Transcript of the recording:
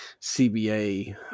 CBA